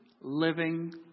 living